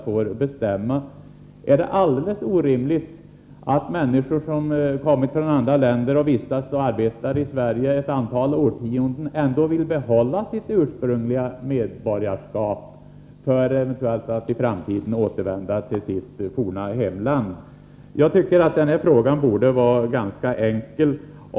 Är det alldeles orimligt att människor från andra länder, som bor och arbetar i Sverige ett antal årtionden, ändå vill behålla sitt ursprungliga medborgarskap för att i framtiden eventuellt återvända till sitt forna hemland? Jag tycker att denna fråga borde vara ganska enkel att lösa.